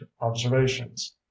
observations